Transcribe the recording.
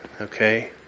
okay